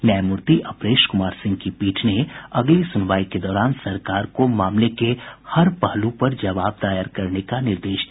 न्यायामूर्ति अपरेश कुमार सिंह की पीठ ने अगली सुनवाई के दौरान सरकार को मामले के हर पहलू पर जवाब दायर करने का निर्देश दिया